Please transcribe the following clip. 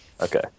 Okay